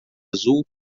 azul